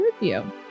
review